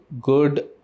good